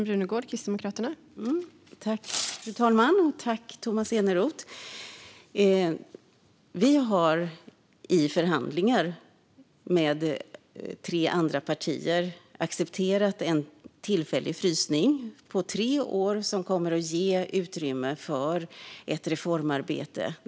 Fru talman! Vi har i förhandlingar med tre andra partier accepterat en tillfällig frysning på tre år som kommer att ge utrymme för ett reformarbete.